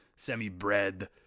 semi-bred